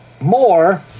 More